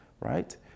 right